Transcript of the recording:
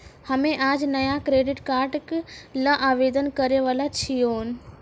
हम्मे आज नया क्रेडिट कार्ड ल आवेदन करै वाला छियौन